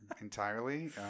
entirely